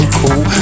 cool